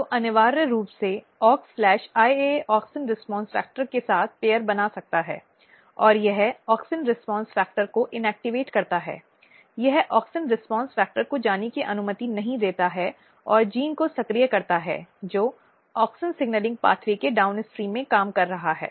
तो अनिवार्य रूप से AuxIAA ऑक्सिन रीस्पॉन्स फ़ैक्टर के साथ पिर बना सकता है और यह ऑक्सिन रीस्पॉन्स फ़ैक्टर को निष्क्रिय करता है यह ऑक्सिन रीस्पॉन्स फ़ैक्टर को जाने की अनुमति नहीं देता है और जीन को सक्रिय करता है जो ऑक्सिन सिग्नलिंग मार्ग के डाउन्स्ट्रीम में काम कर रहा है